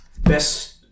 best